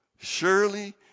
Surely